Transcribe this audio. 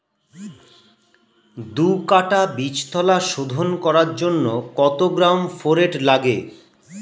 দু কাটা বীজতলা শোধন করার জন্য কত গ্রাম ফোরেট লাগে?